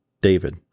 David